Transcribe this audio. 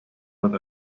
with